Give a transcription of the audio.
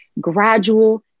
gradual